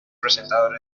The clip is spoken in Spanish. presentador